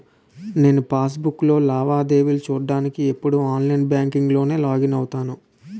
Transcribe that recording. నేను పాస్ బుక్కులో లావాదేవీలు చూడ్డానికి ఎప్పుడూ ఆన్లైన్ బాంకింక్ లోకే లాగిన్ అవుతాను